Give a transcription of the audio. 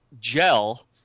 gel